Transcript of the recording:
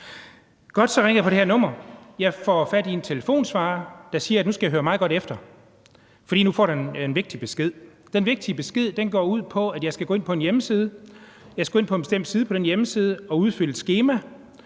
Jeg får fat i en telefonsvarer, der siger, at nu skal jeg høre meget godt efter, fordi nu får jeg en vigtig besked. Den vigtige besked går ud på, at jeg skal gå ind på en hjemmeside. Jeg skal